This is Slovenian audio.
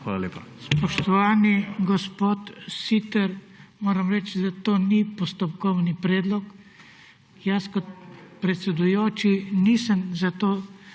Hvala lepa.